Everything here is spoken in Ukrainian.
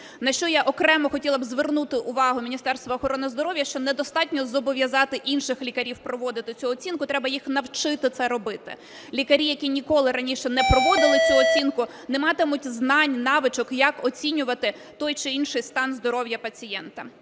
На що я окремо хотіла б звернути увагу Міністерства охорони здоров'я, що недостатньо зобов'язати інших лікарів проводити цю оцінку, треба їх навчити це робити. Лікарі, які ніколи раніше не проводили цю оцінку, не матимуть знань, навичок, як оцінювати той чи інший стан здоров'я пацієнта.